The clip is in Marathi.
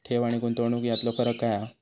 ठेव आनी गुंतवणूक यातलो फरक काय हा?